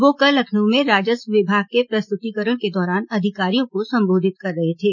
वह कल लखनऊ में राजस्व विभाग के प्रस्त्रतीकरण के दौरान अधिकारियों को सम्बोधित कर रहे थे